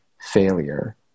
failure